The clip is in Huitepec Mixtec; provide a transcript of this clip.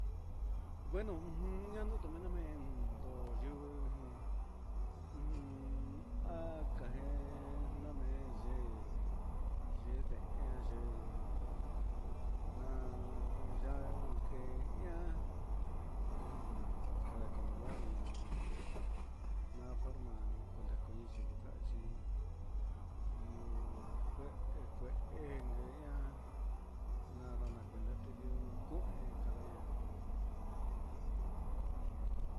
Ngueno nayuu tumena me'en ndo yuu jun, ujun akajen namen yee, ye'e nden yen na ya ke ian ujun kanda controlar na'a, na forma kudikuinchi kukanchi, iho kue kue'e engue a'a nadana kuenta tendio ko kuen kandaa.